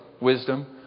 wisdom